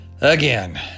again